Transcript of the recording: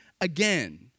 again